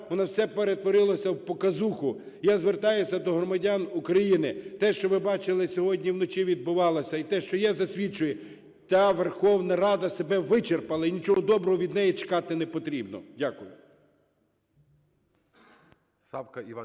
у нас все перетворилося в показуху. Язвертаюся до громадян України. Те, що ви бачили сьогодні вночі відбувалося, і те, що є, засвідчує: та Верховна Рада себе вичерпала і нічого доброго від неї чекати непотрібно. Дякую.